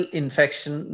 infection